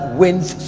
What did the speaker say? wins